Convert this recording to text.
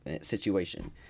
situation